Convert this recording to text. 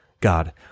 God